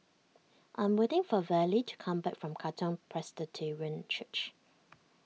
I'm waiting for Vallie to come back from Katong Presbyterian Church